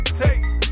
taste